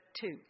two